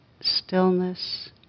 stillness